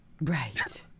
Right